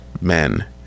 men